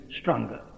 stronger